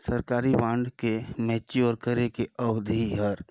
सरकारी बांड के मैच्योर करे के अबधि हर